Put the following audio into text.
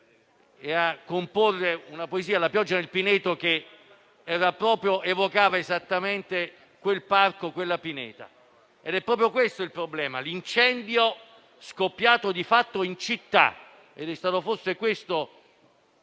a comporre una poesia, «La pioggia nel pineto», che evocava esattamente quella pineta. È proprio questo il problema: l'incendio è scoppiato di fatto in città ed è stato forse questo